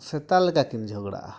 ᱥᱮᱛᱟᱞᱮᱠᱟᱠᱤᱱ ᱡᱷᱚᱜᱽᱲᱟᱜᱼᱟ